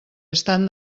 estan